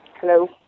Hello